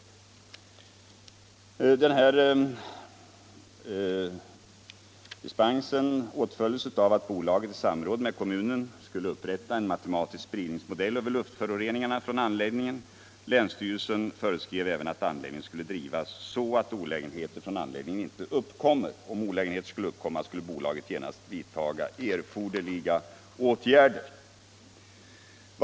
När den aktuella dispensen beviljades föreskrevs att bolaget i samråd med kommunen skulle upprätta en matematisk spridningsmodell över Juftföroreningarna från anläggningen och att anläggningen skulle drivas så att olägenheter inte uppkommer. Om olägenheter konstaterades skulle bolaget genast vidta erforderliga åtgärder.